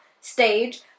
stage